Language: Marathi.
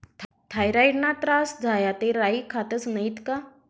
थॉयरॉईडना त्रास झाया ते राई खातस नैत का